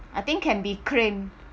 I think can be claimed